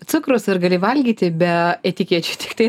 cukraus ir gali valgyti be etikečių tiktai